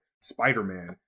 Spider-Man